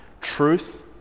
truth